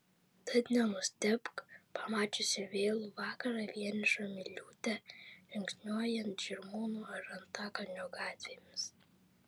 tad nenustebk pamačiusi vėlų vakarą vienišą miliūtę žingsniuojant žirmūnų ar antakalnio gatvėmis